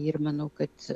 ir manau kad